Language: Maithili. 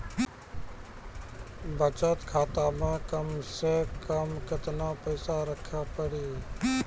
बचत खाता मे कम से कम केतना पैसा रखे पड़ी?